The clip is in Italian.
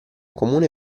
comune